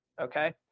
Okay